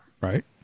Right